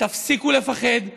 תפסיקו לפחד,